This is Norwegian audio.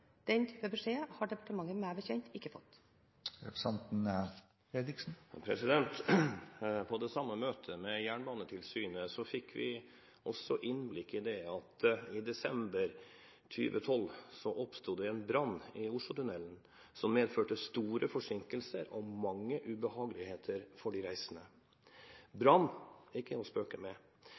På det samme møtet med Jernbanetilsynet fikk vi også innblikk i at i desember 2012 oppsto det en brann i Oslotunnelen som medførte store forsinkelser og mange ubehageligheter for de reisende. Brann er ikke å spøke med,